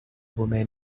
woman